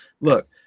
Look